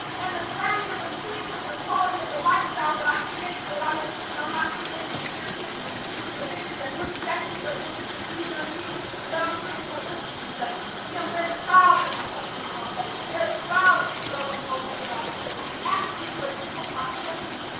and the journey in between is the quality of the lifestyle that i create so that i make sure that i'm not creating a pyrrhic victory, which is a victory that looks sexy, but it really stings underneath, but that i'm creating holistic success. see, i'm very proud that my company is going public. i'm very proud that i run a multi-billion dollar company. but if you ask me what tickles my fancy,